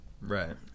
Right